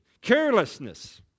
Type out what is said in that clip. Carelessness